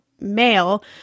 male